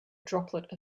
droplet